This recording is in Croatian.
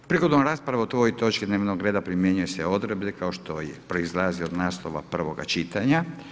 Prigodom rasprave o ovoj točki dnevnog reda primjenjuju se odredbe kao što proizlazi od naslova prvoga čitanja.